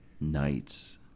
nights